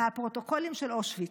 "הפרוטוקולים של אושוויץ",